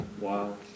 Wow